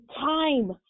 time